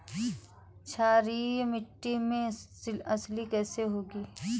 क्षारीय मिट्टी में अलसी कैसे होगी?